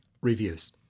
reviews